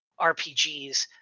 RPGs